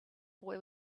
boy